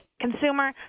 Consumer